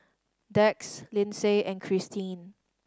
Dax Lyndsay and Christeen